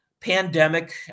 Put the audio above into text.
pandemic